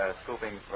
scooping